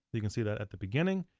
you can see that at the beginning,